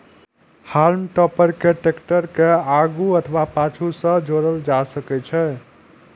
हाल्म टॉपर कें टैक्टर के आगू अथवा पीछू सं जोड़ल जा सकै छै